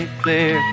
clear